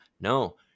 no